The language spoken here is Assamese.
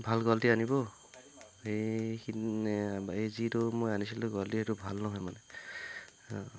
ভাল কোৱালটি আনিব সেইখিন এই যিটো মই আনিছিলোঁ কোৱালটি এইটো ভাল নহয় মানে